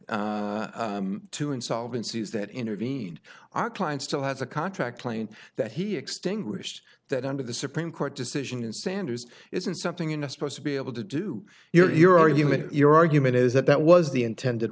have to insolvencies that intervened our client still has a contract claim that he extinguished that under the supreme court decision in sanders isn't something in a supposed to be able to do your your argument your argument is that that was the intended